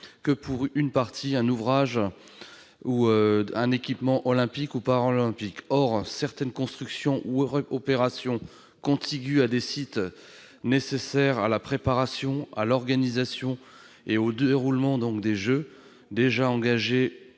que pour partie un ouvrage ou un équipement olympique ou paralympique. Or certaines constructions ou opérations contigües à des sites nécessaires à la préparation, à l'organisation et au déroulement des jeux, déjà engagées